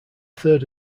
third